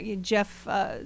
Jeff